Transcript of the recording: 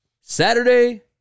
Saturday